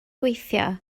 gweithio